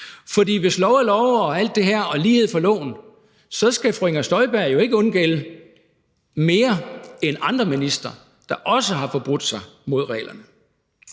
For hvis lov er lov og alt det her og der skal være lighed for loven, så skal fru Inger Støjberg jo ikke undgælde mere end andre ministre, der også har forbrudt sig mod reglerne.